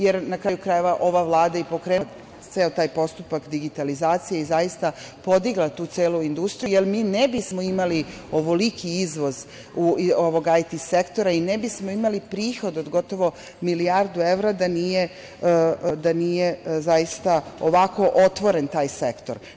Jer, na kraju krajeva, ova Vlada je i pokrenula ceo taj postupak digitalizacije i zaista podigla tu celu industriju, jer mi ne bismo imali ovoliki izvoz ovog IT sektora i ne bismo imali prihod od gotovo milijardu evra da nije ovako otvoren taj sektor.